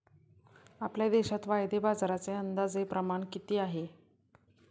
आपल्या देशात वायदे बाजाराचे अंदाजे प्रमाण किती आहे?